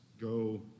go